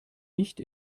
nicht